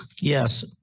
Yes